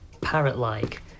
parrot-like